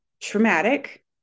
traumatic